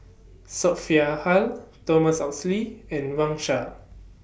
Sophia Hull Thomas Oxley and Wang Sha